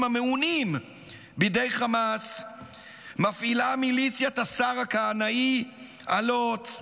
המעונים בידי חמאס מפעילה מליציית השר הכהנאי אלות,